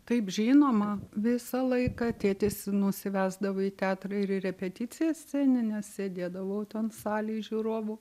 taip žinoma visą laiką tėtis nusivesdavo į teatrą ir į repeticijas scenines sėdėdavau ten salėj žiūrovų